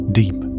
deep